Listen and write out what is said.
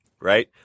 right